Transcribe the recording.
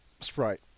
Sprite